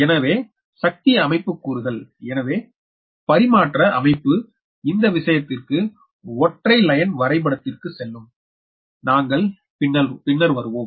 எனவே சக்தி அமைப்பு கூறுகள் எனவே பரிமாற்ற அமைப்பு இந்த விஷயத்திற்கு ஒற்றை வரி வரைபடத்திற்கு செல்லும் நாங்கள் பின்னர் வருவோம்